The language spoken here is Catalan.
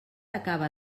acaba